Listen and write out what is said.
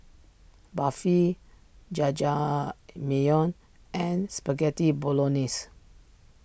Barfi Jajangmyeon and Spaghetti Bolognese